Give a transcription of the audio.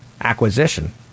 acquisition